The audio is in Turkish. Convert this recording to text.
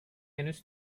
henüz